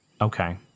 Okay